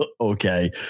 Okay